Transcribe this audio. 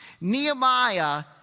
Nehemiah